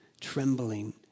trembling